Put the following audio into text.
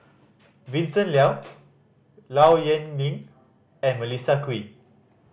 Vincent Leow Low Yen Ling and Melissa Kwee